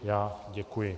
Já děkuji.